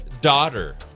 daughter